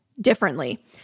differently